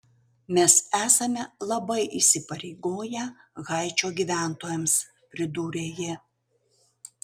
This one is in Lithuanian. mes esame labai įsipareigoję haičio gyventojams pridūrė ji